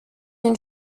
une